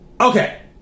Okay